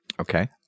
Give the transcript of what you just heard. Okay